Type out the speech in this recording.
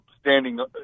standing